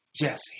Jesse